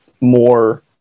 more